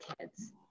kids